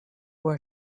where